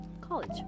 College